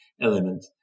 element